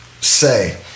say